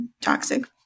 toxic